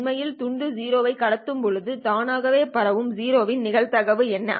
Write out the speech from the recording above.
உண்மையில் துண்டு 0 ஐ கடத்தும் போது தானாகவே பரவும் 0 வின் நிகழ்தகவு என்ன